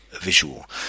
visual